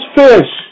fish